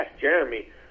Jeremy